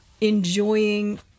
enjoying